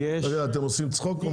רגע, אתם עושים צחוק או מה?